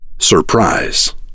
Surprise